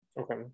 Okay